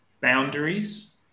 boundaries